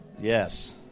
Yes